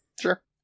Sure